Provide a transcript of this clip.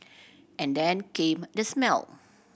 and then came the smell